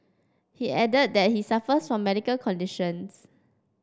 he added that he suffers from medical conditions